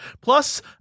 Plus